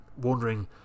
Wondering